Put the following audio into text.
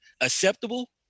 acceptable